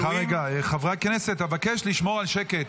סליחה רגע, חברי הכנסת, אבקש לשמור על שקט.